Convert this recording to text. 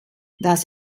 das